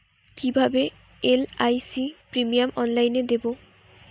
কিভাবে LIC premium অনলাইনে দেবো?